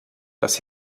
das